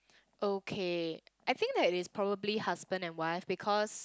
okay I think that is probably husband and wife because